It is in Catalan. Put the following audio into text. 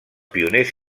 pioners